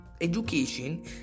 education